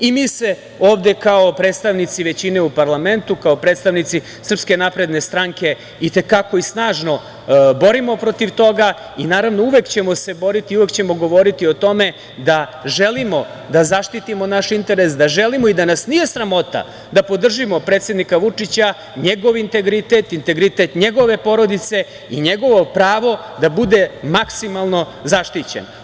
Mi se ovde kao predstavnici većine u parlamentu, kao predstavnici SNS i te kako i snažno borimo protiv toga i uvek ćemo se boriti, uvek ćemo govoriti o tome da želimo da zaštitimo naš interes, da želimo i da nas nije sramota da podržimo predsednika Vučića, njegov integritet, integritet njegove porodice i njegovo pravo da bude maksimalno zaštićen.